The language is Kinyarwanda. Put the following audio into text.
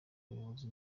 ubuyobozi